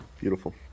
beautiful